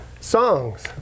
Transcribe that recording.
Songs